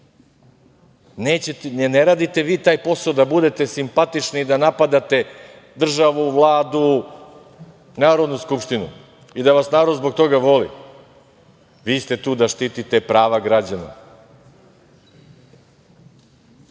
Ne radite vi taj posao da budete simpatični i da napadate državu, Vladu, Narodnu skupštinu i da vas narod zbog toga voli. Vi ste tu da štitite prava građana